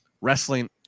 wrestling